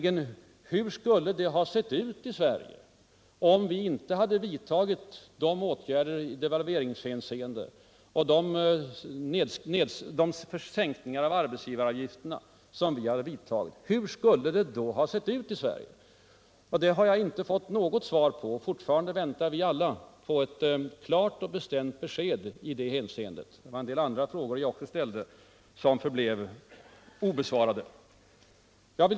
Hur skulle det ha sett ut i Sverige om vi inte hade vidtagit de åtgärder i delvalveringshänseende och de sänkningar av arbetsgivaravgifterna som vi har genomfört? Det har jag inte fått något svar på. Vi väntar alla på ett klart och bestämt besked i det avseendet. Också en del andra frågor som jag ställde förblev obesvarade.